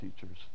teachers